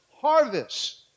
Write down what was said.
harvest